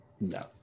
No